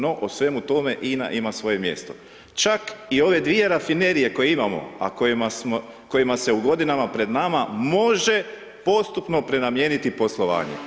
No, o svemu tome INA ima svoje mjesto, čak i ove dvije rafinerije koje imamo, a kojima se u godinama pred nama može postupno prenamijeniti poslovanje.